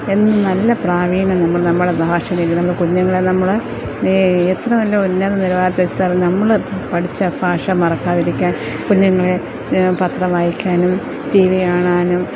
എന്നും നല്ല പ്രാവീണ നമ്മൾ നമ്മുടെ ഭാഷയിൽ നമ്മളുടെ കുഞ്ഞുങ്ങളെ നമ്മള് എത്ര വലിയ ഉന്നത നിലവാരത്തിൽ എത്തിയാലും നമ്മള് പഠിച്ച ഭാഷ മറക്കാതിരിക്കാൻ കുഞ്ഞുങ്ങളെ പത്രം വായിക്കാനും ടി വി കാണാനും